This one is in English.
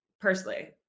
personally